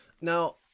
Now